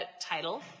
title